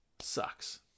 sucks